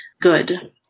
good